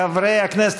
חברי הכנסת,